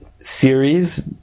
series